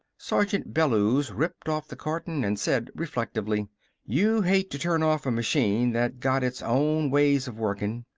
sergeant bellews ripped off the carton and said reflectively you hate to turn off a machine that's got its own ways of working.